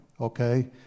okay